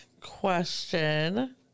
question